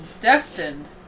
destined